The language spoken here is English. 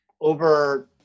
over